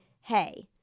hey